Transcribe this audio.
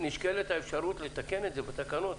נשקלת האפשרות לתקן את זה בתקנות.